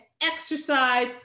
exercise